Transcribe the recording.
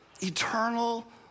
Eternal